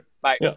bye